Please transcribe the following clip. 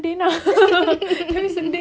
makanan sama tapi saya rasa macam ikan